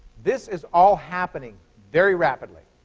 this is all happening very rapidly,